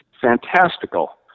fantastical